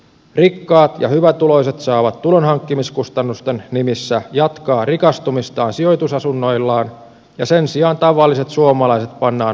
rikkaat ja hyvätuloiset saavat tulonhankkimiskustannusten nimissä jatkaa rikastumistaan sijoitusasunnoillaan ja sen sijaan tavalliset suomalaiset pannaan maksajiksi